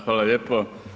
Hvala lijepo.